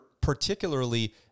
particularly